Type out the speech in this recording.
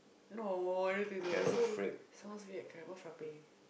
no i don't think so it's so sounds weird caramel frappe